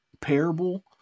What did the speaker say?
parable